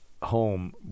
home